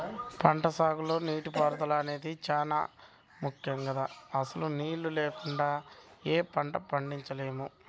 పంటసాగులో నీటిపారుదల అనేది చానా ముక్కెం గదా, అసలు నీళ్ళు లేకుండా యే పంటా పండించలేము